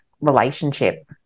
relationship